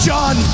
John